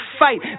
fight